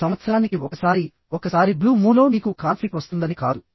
సంవత్సరానికి ఒకసారి ఒకసారి బ్లూ మూన్ లో మీకు కాన్ఫ్లిక్ట్ వస్తుందని కాదు